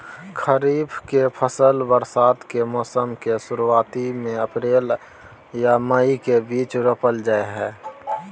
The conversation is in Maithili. खरीफ के फसल बरसात के मौसम के शुरुआती में अप्रैल आर मई के बीच रोपल जाय हय